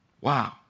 Wow